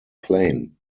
plain